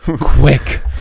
quick